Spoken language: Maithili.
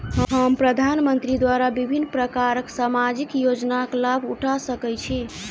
हम प्रधानमंत्री द्वारा विभिन्न प्रकारक सामाजिक योजनाक लाभ उठा सकै छी?